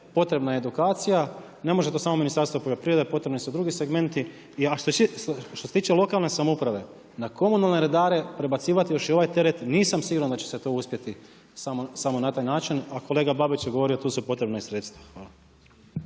potrebna je edukacija, ne može to samo Ministarstvo poljoprivrede, potrebni su drugi segmenti. Što se tiče lokalne samouprave, na komunalne redare prebacivati još i ovaj teret, nisam siguran da će se to uspjeti samo na taj način, a kolega Babić je govorio, tu su potrebna i sredstva.